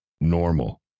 normal